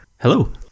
Hello